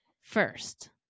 first